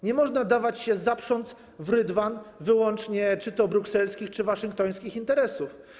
Nie można dawać się zaprząc w rydwan wyłącznie czy to brukselskich, czy to waszyngtońskich interesów.